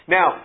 Now